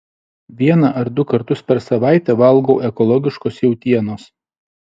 vieną ar du kartus per savaitę valgau ekologiškos jautienos